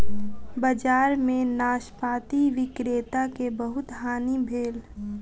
बजार में नाशपाती विक्रेता के बहुत हानि भेल